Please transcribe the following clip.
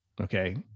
okay